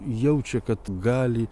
jaučia kad gali